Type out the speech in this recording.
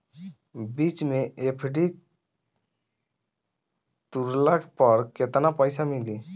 बीच मे एफ.डी तुड़ला पर केतना पईसा मिली?